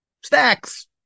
stacks